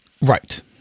Right